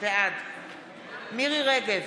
בעד מירי מרים רגב,